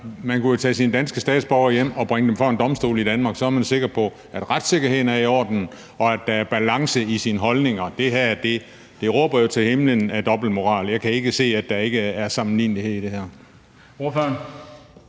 Man kunne jo tage sine danske statsborgere hjem og bringe dem for en domstol i Danmark. Så er man sikker på, at retssikkerheden er i orden, og at der er balance i ens holdninger. Det her råber jo til himlen af dobbeltmoral. Jeg kan ikke se, at der ikke er sammenlignelighed i det her.